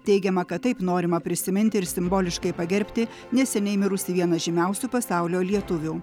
teigiama kad taip norima prisiminti ir simboliškai pagerbti neseniai mirusį vieną žymiausių pasaulio lietuvių